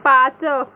पाच